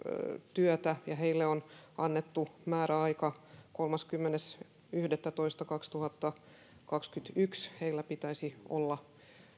työtä ja niille on annettu määräaika kolmaskymmenes yhdettätoista kaksituhattakaksikymmentäyksi heillä pitäisi olla